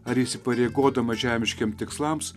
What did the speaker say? ar įsipareigodama žemiškiem tikslams